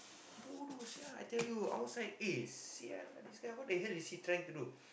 bodoh sia I tell you I was like eh sia lah this guy what the hell is he trying to do